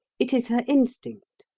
it is her instinct.